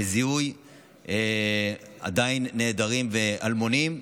בזיהוי נעדרים ואלמונים עדיין,